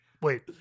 wait